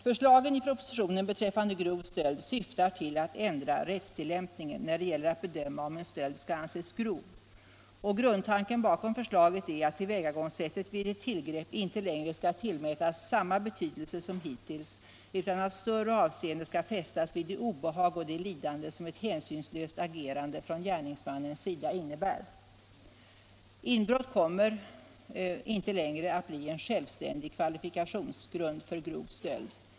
Förslagen i propositionen beträffande grov stöld syftar till att ändra rättstillämpningen när det gäller att bedöma om en stöld skall anses vara grov. Grundtanken bakom förslaget är att tillvägagångssättet vid ett tillgrepp inte längre skall tillmätas samma betydelse som hittills utan att större avseende skall fästas vid det obehag och det lidande som ett hänsynslöst agerande från gärningsmannens sida innebär. Inbrott kommer inte längre att bli en självständig kvalifikationsgrund för grov stöld.